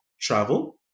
travel